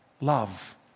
Love